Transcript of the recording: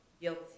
guilty